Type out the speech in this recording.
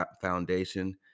foundation